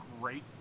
great